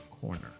corner